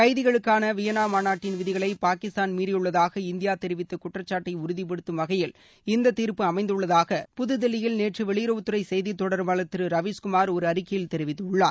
கைதிகளுக்கான Vienna மாநாட்டின் விதிகளை பாகிஸ்தான் மீறியுள்ளதாக இந்தியா தெரிவித்த குற்றச்சாட்டை உறுதிபடுத்தும் வகையில் இந்த தீாப்பு அமைந்துள்ளதாக புதுதில்லியில் நேற்று வெளியறவுத் துறை செய்தித் தொடர்பாளர் திரு ரவீஷ்குமா் ஒரு அறிக்கையில் தெரிவித்துள்ளார்